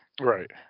Right